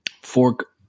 fork